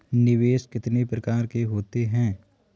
निवेश कितने प्रकार के होते हैं?